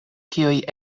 kiuj